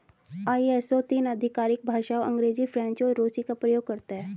ISO तीन आधिकारिक भाषाओं अंग्रेजी, फ्रेंच और रूसी का प्रयोग करता है